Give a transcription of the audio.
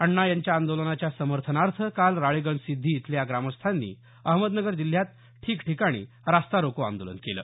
अण्णा यांच्या आंदोलनाच्या समर्थनार्थ काल राळेगणसिद्धी इथल्या ग्रामस्थांनी अहमदनगर जिल्ह्यात ठिकठिकाणी रास्ता रोको आंदोलन केलं